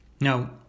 now